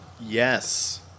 Yes